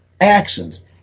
actions